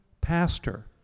pastor